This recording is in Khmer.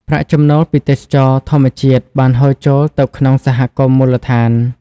ប្រាក់ចំណូលពីទេសចរណ៍ធម្មជាតិបានហូរចូលទៅក្នុងសហគមន៍មូលដ្ឋាន។